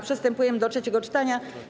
Przystępujemy do trzeciego czytania.